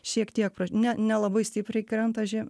šiek tiek pra ne nelabai stipriai krenta že